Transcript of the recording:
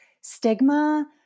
stigma